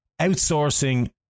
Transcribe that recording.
outsourcing